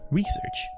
research